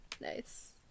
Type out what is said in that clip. Nice